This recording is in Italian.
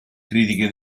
critiche